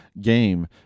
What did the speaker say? game